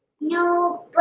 No